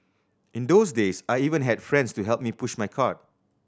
in those days I even had friends to help me push my cart